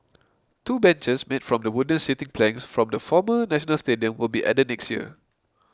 two benches made from the wooden seating planks from the former National Stadium will be added next year